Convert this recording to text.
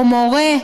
או מורה?